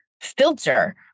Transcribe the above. filter